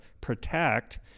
protect